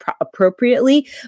appropriately